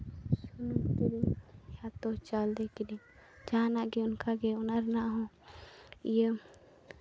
ᱥᱩᱱᱩᱢ ᱠᱤᱨᱤᱧᱭᱟᱛᱳ ᱪᱟᱣᱞᱮ ᱠᱤᱨᱤᱧ ᱡᱟᱦᱟᱱᱟᱜ ᱜᱮ ᱚᱱᱠᱟᱜᱮ ᱚᱱᱟ ᱨᱮᱱᱟᱜ ᱦᱚᱸ ᱤᱭᱟᱹ